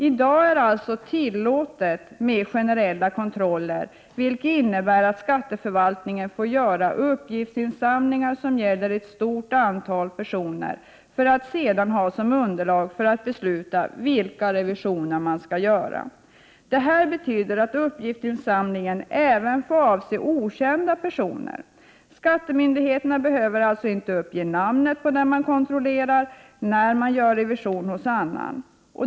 I dag är det alltså tillåtet med generella kontroller, vilket innebär att skatteförvaltningen får göra uppgiftsinsamlingar, som gäller ett stort antal personer, för att sedan ha som underlag för att besluta vilka revisioner man skall göra. Det här betyder att uppgiftsinsamlingen även får avse okända personer. Skattemyndigheterna behöver alltså inte uppge namnet på den man kontrollerar när man gör revision hos annan.